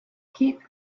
keep